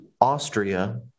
Austria